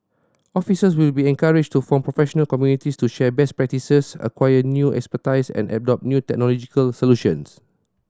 officers will be encouraged to form professional communities to share best practices acquire new expertise and adopt new technological solutions